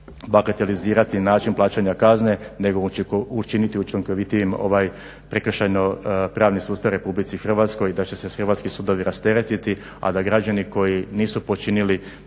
moći bagatelizirati način plaćanja kazne nego učiniti učinkovitijim ovaj prekršajno-pravni sustav u RH, da će se hrvatski sudovi rasteretiti, a da građani koji nisu počinili